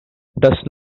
does